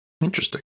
interesting